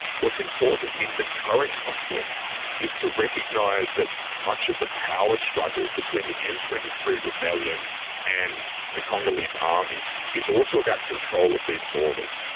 what's important in the current conflict is to recognise that much of the power struggle between the m two three rebellion and the congolese army is also about control of these borders.